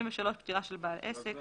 33.פטירה של בעל עסק